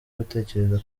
gutekereza